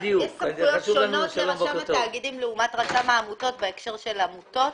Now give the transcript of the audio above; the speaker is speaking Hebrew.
יש סמכויות שונות לרשם התאגידים לעומת רשם העמותות בהקשר של עמותות?